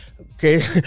okay